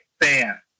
fan